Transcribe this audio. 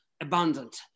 abundant